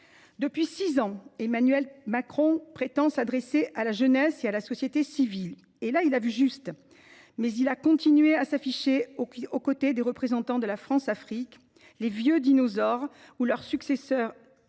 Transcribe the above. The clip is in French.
Depuis six ans, Emmanuel Macron prétend s’adresser à la jeunesse et à la société civile, et il a vu juste ! Or il a continué à s’afficher aux côtés des représentants de la Françafrique, ces dinosaures ou leurs successeurs